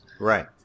Right